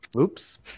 Oops